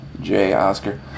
J-Oscar